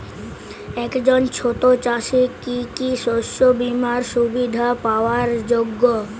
একজন ছোট চাষি কি কি শস্য বিমার সুবিধা পাওয়ার যোগ্য?